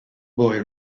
boy